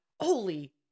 Holy